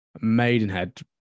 Maidenhead